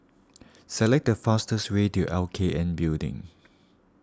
select the fastest way to L K N Building